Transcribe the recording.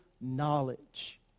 knowledge